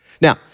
Now